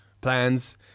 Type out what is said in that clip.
plans